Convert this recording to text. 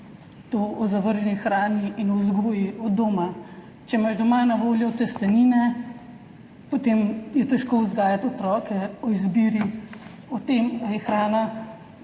to o zavrženi hrani in vzgoji od doma. Če imaš doma na voljo testenine, potem je težko vzgajati otroke o izbiri, o tem, kako je z